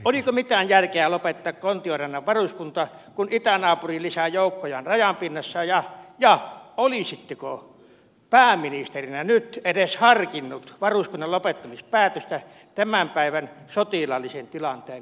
oliko mitään järkeä lopettaa kontiorannan varuskunta kun itänaapuri lisää joukkojaan rajan pinnassa ja olisitteko pääministerinä nyt edes harkinnut varuskunnan lopettamispäätöstä tämän päivän sotilaallisen tilanteen vallitessa